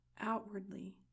outwardly